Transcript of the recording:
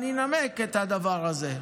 אני אנמק את הדבר הזה,